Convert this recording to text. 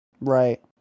Right